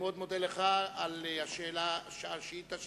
אני מאוד מודה לך על השאילתא ששאלת,